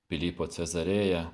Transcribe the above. pilypo cezarėją